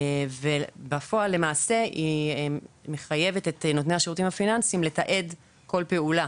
ובפועל למעשה היא מחייבת את נותני השירותים הפיננסיים לתעד כל פעולה,